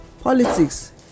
Politics